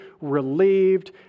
relieved